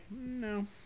No